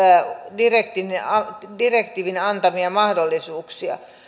direktiivin antamia mahdollisuuksia